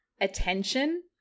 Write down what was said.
attention